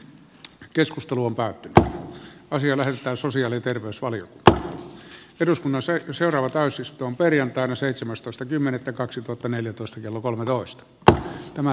keskustelu on päätettävä asia näyttää sosiaali terveysvaliokuntaa eduskunnassa jo seuraava täysistun perjantaina seitsemästoista kymmenettä kaksituhattaneljätoista ja työmarkkinoille